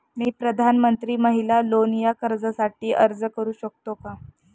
मी प्रधानमंत्री महिला लोन या कर्जासाठी अर्ज करू शकतो का?